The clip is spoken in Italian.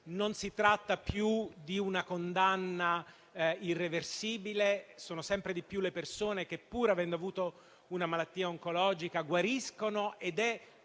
non si tratta più di una condanna irreversibile. Sono sempre di più le persone che, pur avendo avuto una malattia oncologica guariscono ed è